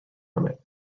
limit